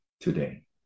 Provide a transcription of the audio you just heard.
today